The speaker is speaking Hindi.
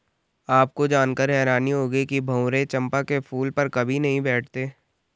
आपको जानकर हैरानी होगी कि भंवरे चंपा के फूल पर कभी नहीं बैठते